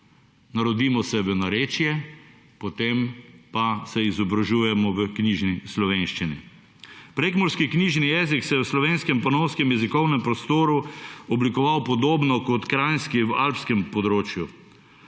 Narodimo se v narečje, potem pa se izobražujemo v knjižni slovenščini. Prekmurski knjižni jezik se je v slovenskem / nerazumljivo/ jezikovnem prostoru oblikoval podobno kot kranjski v alpskem področju.